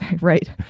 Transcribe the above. right